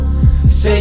Say